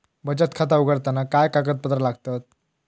बचत खाता उघडताना काय कागदपत्रा लागतत?